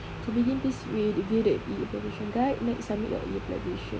to begin this we view the application guide let's submit your application